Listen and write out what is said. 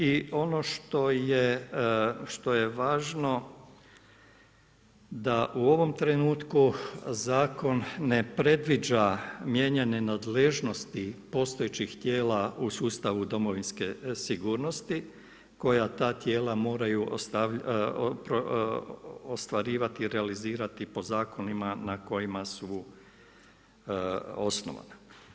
I ono što je važno da u ovom trenutku zakon ne predviđa mijenjanje nadležnosti postojećih tijela u sustavu domovinske sigurnosti koja ta tijela moraju ostvarivati i realizirati po zakonima na kojima su osnovana.